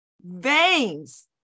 veins